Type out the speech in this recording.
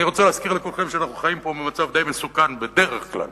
אני רוצה להזכיר לכולכם שאנחנו חיים פה במצב די מסוכן בדרך כלל,